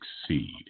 succeed